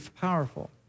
powerful